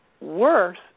worse